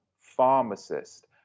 pharmacist